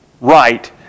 right